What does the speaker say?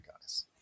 guys